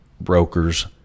brokers